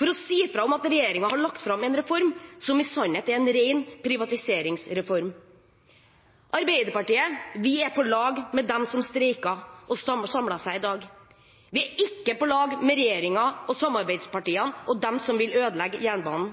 for å si fra om at regjeringen tar jernbanen i feil retning og at regjeringen har lagt fram en reform som i sannhet er en ren privatiseringsreform. Vi i Arbeiderpartiet er på lag med dem som streiker og samles i dag. Vi er ikke på lag med regjeringen og samarbeidspartiene og dem som vil ødelegge jernbanen.